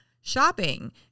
shopping